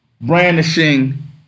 brandishing